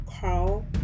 Carl